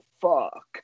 fuck